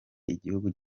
igihugu